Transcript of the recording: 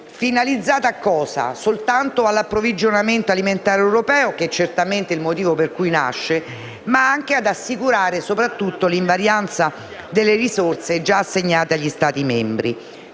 finalizzata non soltanto all'approvvigionamento alimentare europeo, che certamente è il motivo per cui nasce, ma anche ad assicurare l'invarianza delle risorse già assegnate agli Stati membri,